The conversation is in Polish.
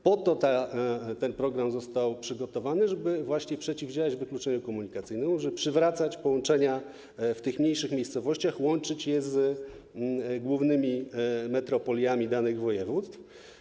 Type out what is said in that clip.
Po to ten program został przygotowany, żeby właśnie przeciwdziałać wykluczeniu komunikacyjnemu, żeby przywracać połączenia w tych mniejszych miejscowościach, łączyć je z głównymi metropoliami danych województw.